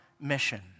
mission